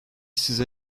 size